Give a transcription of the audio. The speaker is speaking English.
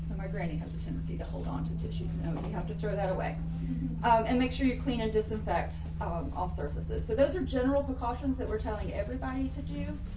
my granny has a tendency to hold on to tissues now um and he has to throw that away and make sure you clean and disinfect all surfaces. so those are general precautions that we're telling everybody to do.